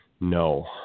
no